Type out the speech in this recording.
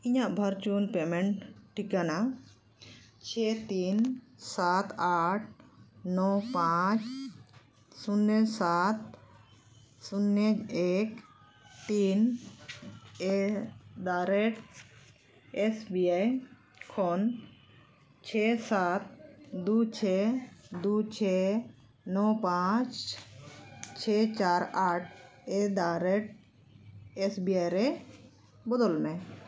ᱤᱧᱟᱹᱜ ᱵᱷᱟᱨᱪᱩᱱ ᱯᱮᱹᱢᱮᱹᱱᱴ ᱴᱷᱤᱠᱟᱹᱱᱟ ᱪᱷᱚᱭ ᱛᱤᱱ ᱥᱟᱛ ᱟᱴ ᱱᱚ ᱯᱟᱸᱪ ᱥᱩᱱᱱᱚ ᱥᱟᱛ ᱥᱩᱱᱱᱚ ᱮᱠ ᱛᱤᱱ ᱮᱴᱫᱟᱼᱨᱮᱹᱴ ᱮᱥ ᱵᱤ ᱟᱭ ᱠᱷᱚᱱ ᱪᱷᱮᱭ ᱥᱟᱛ ᱫᱩᱭ ᱪᱷᱚᱭ ᱫᱩᱭ ᱪᱷᱚᱭ ᱱᱚ ᱯᱟᱸᱪ ᱪᱷᱮ ᱪᱟᱨ ᱟᱴ ᱮᱴᱫᱟᱼᱨᱮᱹᱴ ᱮᱥ ᱵᱤ ᱟᱭ ᱨᱮ ᱵᱚᱫᱚᱞ ᱢᱮ